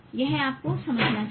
यह आपको समझना चाहिए